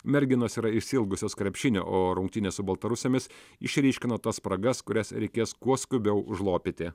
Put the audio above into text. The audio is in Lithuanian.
merginos yra išsiilgusios krepšinio o rungtynės su baltarusėmis išryškino tas spragas kurias reikės kuo skubiau užlopyti